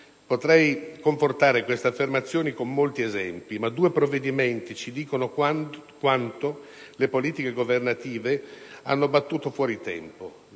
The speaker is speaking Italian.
Potrei confortare queste affermazioni con molti esempi, ma due provvedimenti ci dicono quanto le politiche governative abbiano battuto fuori tempo.